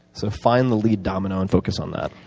so find the lead domino and focus on that.